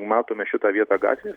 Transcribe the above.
matome šitą vietą gatvėje